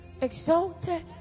exalted